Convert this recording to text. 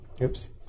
Oops